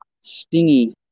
stingy